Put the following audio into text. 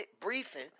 briefing